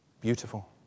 beautiful